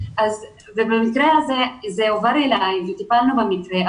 במקרה הזה זה הועבר אלי וטיפלנו במקרה.